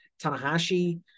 Tanahashi